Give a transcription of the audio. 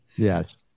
Yes